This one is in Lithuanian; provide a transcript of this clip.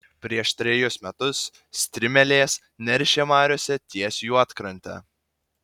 prieš trejus metus strimelės neršė mariose ties juodkrante